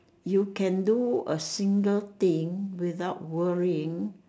you can do a simple thing without worrying